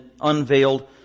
unveiled